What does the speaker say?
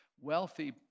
Wealthy